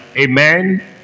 amen